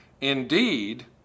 Indeed